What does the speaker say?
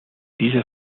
diese